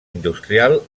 industrial